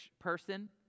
person